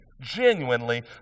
genuinely